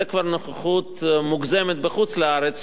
זו כבר נוכחות מוגזמת בחוץ-לארץ,